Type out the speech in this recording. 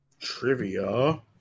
Trivia